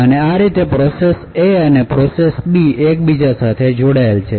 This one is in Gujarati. અને આ રીતે પ્રોસેસ A અને પ્રોસેસ B એકબીજા સાથે જોડાયેલ છે